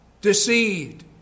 deceived